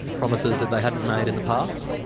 promises that they hadn't made in the past?